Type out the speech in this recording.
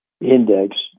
index